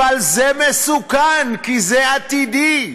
אבל זה מסוכן, כי זה עתידי,